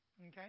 Okay